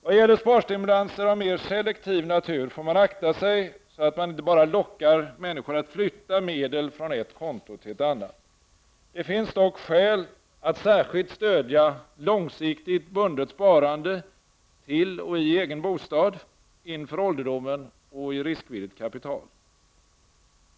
Vad gäller sparstimulanser av mer selektiv natur får man akta sig så att man inte bara lockar människor att flytta medel från ett konto till ett annat. Det finns dock skäl att särskilt stödja långsiktigt bundet sparande till och i egen bostad, inför ålderdomen och i riskvilligt kapital.